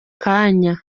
kanya